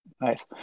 nice